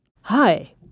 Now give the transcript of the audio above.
Hi